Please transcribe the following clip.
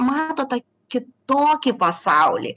mato tą kitokį pasaulį